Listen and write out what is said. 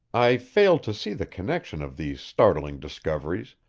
i failed to see the connection of these startling discoveries,